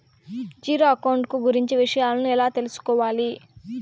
Zero account కు గురించి విషయాలను ఎలా తెలుసుకోవాలి?